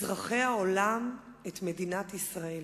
אזרחי העולם את מדינת ישראל,